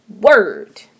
word